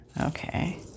Okay